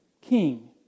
king